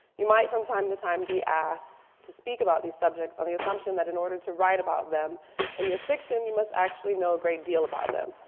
you might from time to time be asked to speak about these subjects on the assumption that in order to write about them in your fiction you must actually know a great deal about them.